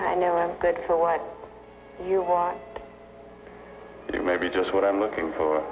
you know i'm good for what you want maybe just what i'm looking for